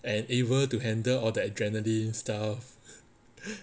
and able to handle all the adrenaline stuff